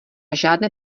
žádné